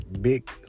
big